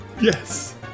Yes